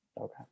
Okay